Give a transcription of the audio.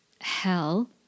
hell